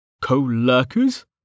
co-lurkers